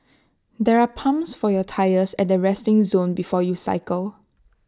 there are pumps for your tyres at the resting zone before you cycle